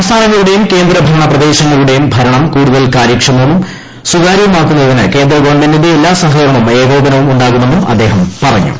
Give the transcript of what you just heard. സംസ്ഥാനങ്ങളുടെയും കേന്ദ്ര ഭരണ പ്രദേശങ്ങളുടെയും ഭരണം കൂടുതൽ കാര്യക്ഷമവും സുതാര്യവുമാക്കുന്നതിന് കേന്ദ്രഗവൺമെന്റിന്റെ എല്ലാ സഹകരണവും ഏകോപനവും ഉണ്ടാകുമെന്നും അദ്ദേഹം പറഞ്ഞു